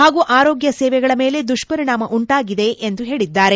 ಹಾಗೂ ಆರೋಗ್ಡ ಸೇವೆಗಳ ಮೇಲೆ ದುಷ್ಪರಿಣಾಮ ಉಂಟಾಗಿದೆ ಎಂದು ಹೇಳಿದ್ದಾರೆ